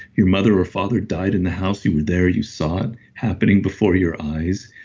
your mother or father died in the house, you were there, you saw it happening before your eyes.